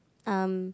um